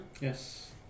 Yes